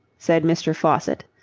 said mr. faucitt,